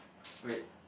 wait